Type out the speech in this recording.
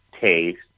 taste